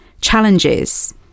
challenges